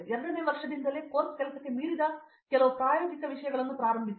ಎರಡನೆಯ ವರ್ಷದಿಂದಲೇ ಕೋರ್ಸ್ ಕೆಲಸಕ್ಕೆ ಮೀರಿದ ಕೆಲವು ಪ್ರಾಯೋಗಿಕ ವಿಷಯಗಳನ್ನು ಪ್ರಾರಂಭಿಸಿ